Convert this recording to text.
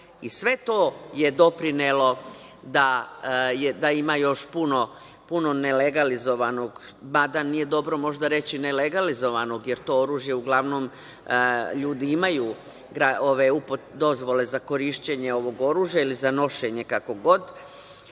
Sve to je doprinelo da ima još puno nelegalizovanog, mada nije dobro, možda reći nelegalizovanog, jer za to oružje, uglavnom, ljudi imaju dozvole za korišćenje ovog oružja ili za nošenje kako